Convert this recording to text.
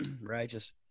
Righteous